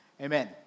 amen